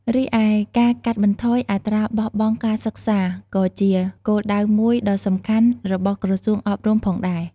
រីឯការកាត់បន្ថយអត្រាបោះបង់ការសិក្សា ក៏ជាគោលដៅមួយដ៏សំខាន់របស់ក្រសួងអប់រំផងដែរ។